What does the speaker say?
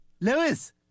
Lewis